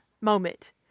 moment